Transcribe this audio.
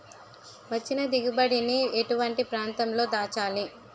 వచ్చిన దిగుబడి ని ఎటువంటి ప్రాంతం లో దాచాలి?